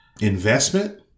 investment